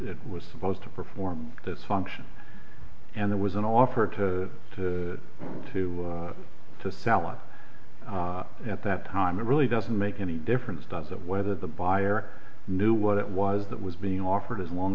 it was supposed to perform this function and there was an offer to to to to sell it at that time it really doesn't make any difference does it whether the buyer knew what it was that was being offered as long